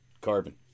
carbon